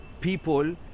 people